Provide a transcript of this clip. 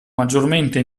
maggiormente